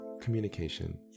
Communication